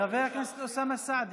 חבר הכנסת אוסאמה סעדי.